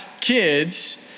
kids